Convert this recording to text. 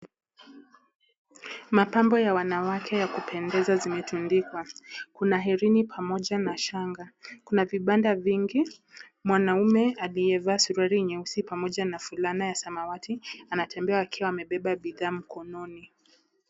Mapambo ya wanawake ya kupendeza zimetundikwa, kuna herini pamoja na shangaa, kuna vibanda vingi. Mwanaume aliyevaa suruali nyeusi pamoja na fulana ya samawati anatembea akiwa amebeba bidhaa mkononi.